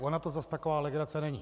Ona to zas taková legrace není.